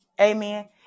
Amen